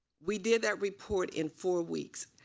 we did that report in four weeks.